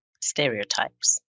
stereotypes